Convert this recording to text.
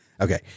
Okay